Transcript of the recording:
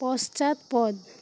পশ্চাৎপদ